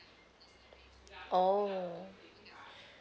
orh